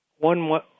One